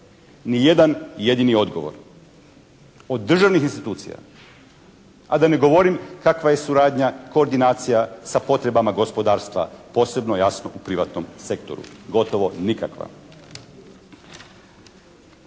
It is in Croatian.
Ni jedan jedini odgovor od državnih institucija, a da ne govorim kakva je suradnja, koordinacija sa potrebama gospodarstva posebno jasno u privatnom sektoru, gotovo nikakva.